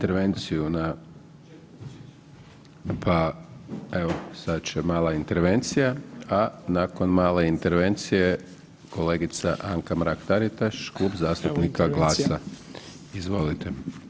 Evo sad će mala intervencija, a nakon male intervencije, kolegica Anka Mrak Taritaš, Klub zastupnika GLAS-a, izvolite.